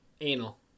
anal